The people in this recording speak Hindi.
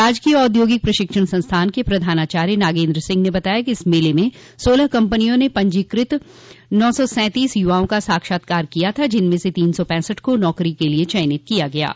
राजकीय औद्योगिक प्रशिक्षण संस्थान के प्रधानाचार्य नागेन्द्र सिंह ने बताया कि इस मेले में सोलह कम्पनियों ने पंजीकृत नौ सौ सैंतीस युवाओं का साक्षात्कार किया था जिनमें से तीन सौ पैंसठ को नौकरो के लिए चयनित कर लिया गया है